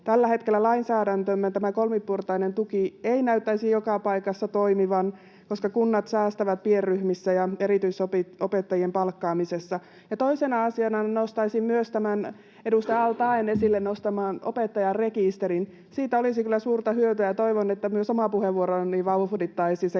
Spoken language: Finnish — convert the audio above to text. Tällä hetkellä tämä lainsäädäntömme kolmiportainen tuki ei näyttäisi joka paikassa toimivan, koska kunnat säästävät pienryhmissä ja erityisopettajien palkkaamisessa. Toisena asiana nostaisin edustaja al-Taeen esille nostaman opettajarekisterin. Siitä olisi kyllä suurta hyötyä, ja toivon, että myös oma puheenvuoroni vauhdittaisi sen